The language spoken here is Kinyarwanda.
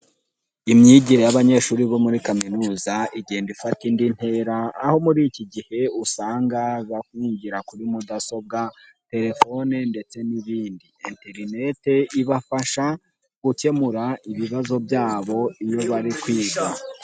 Imyigire y'abanyeshuri bo muri kaminuza igenda ifata indi ntera aho muri iki gihe usanga bigira kuri mudasobwa, telefone ndetse n'ibindi, interineti ibafasha gukemura ibibazo byabo iyo bari kwiga.